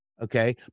Okay